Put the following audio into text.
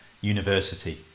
University